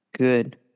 Good